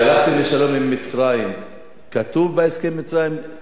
כתוב בהסכם עם מצרים תביעה שישראל מדינה יהודית?